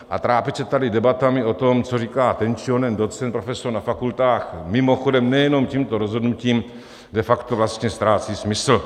A trápit se tady debatami o tom, co říká ten či onen docent, profesor na fakultách, mimochodem nejenom tímto rozhodnutím, de facto vlastně ztrácí smysl.